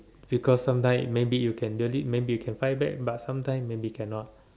because sometime maybe you can really maybe you can find back but sometime maybe cannot